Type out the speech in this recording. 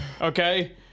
okay